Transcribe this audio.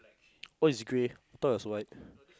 oh it's grey thought it was white